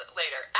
later